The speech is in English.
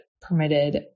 permitted